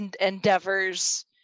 endeavors